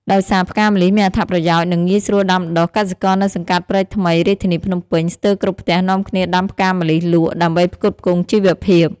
ដោយសារផ្កាម្លិះមានអត្ថប្រយោជន៍ និងងាយស្រួលដាំដុះ កសិករនៅសង្កាត់ព្រែកថ្មី រាជធានីភ្នំពេញ ស្ទើរគ្រប់ផ្ទះនាំគ្នាដាំផ្កាម្លិះលក់ ដើម្បីផ្គត់ផ្គង់ជីវភាព ។